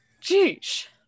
Geesh